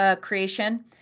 creation